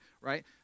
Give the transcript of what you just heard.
Right